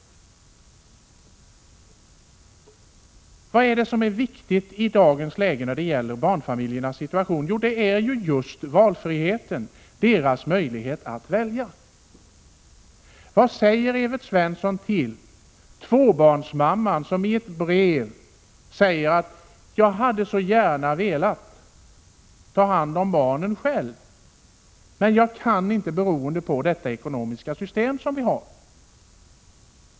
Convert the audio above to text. Vad är i dagens läge viktigt i barnfamiljernas situation? Jo, det är just valfriheten, deras möjlighet att välja. Vad säger Evert Svensson till den tvåbarnsmamma som i ett brev skriver att hon så gärna hade velat ta hand om barnen själv, men att hon inte kan det beroende på det ekonomiska system vi har?